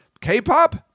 K-pop